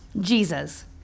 Jesus